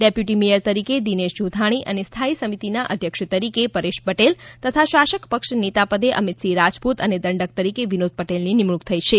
deputy mayor તરીકે દિનેશ જોધાણી અને સ્થાયી સમિતિના અધ્યક્ષ તરીકે પરેશ પટેલ તથા શાસક પક્ષ નેતાપદે અમિતસિંહ રાજપુત અને દંડક તરીકે વિનોદ પટેલની નિમણુક થઇ છે